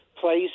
place